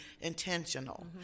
intentional